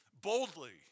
boldly